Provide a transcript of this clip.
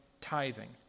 tithing